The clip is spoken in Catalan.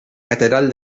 catedral